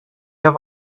have